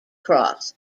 cross